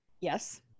Yes